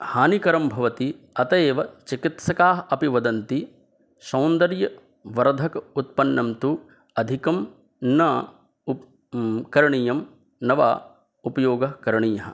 हानिकरं भवति अत एव चिकित्सकाः अपि वदन्ति सौन्दर्यवर्धकोत्पन्नं तु अधिकं न उपकरणीयं न वा उपयोगः करणीयः